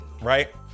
Right